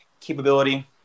capability